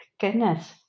Goodness